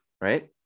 Right